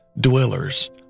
Dwellers